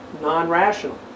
non-rational